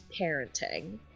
parenting